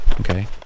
Okay